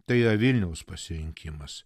tai vilniaus pasirinkimas